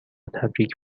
تبریک